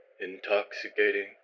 intoxicating